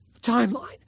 timeline